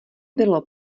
bylo